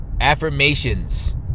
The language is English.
affirmations